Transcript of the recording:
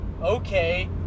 Okay